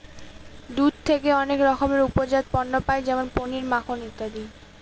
দুধ থেকে অনেক রকমের উপজাত পণ্য পায় যেমন পনির, মাখন ইত্যাদি